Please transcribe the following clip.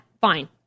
fine